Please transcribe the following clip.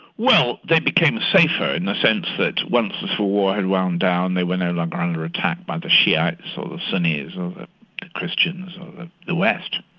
well they became safer in the sense that once the civil war had wound down, they were no longer under attack by the shi'ites or the sunnis or the christians or the the west.